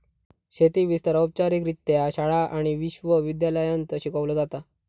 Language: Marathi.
शेती विस्तार औपचारिकरित्या शाळा आणि विश्व विद्यालयांत शिकवलो जाता